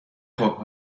خوب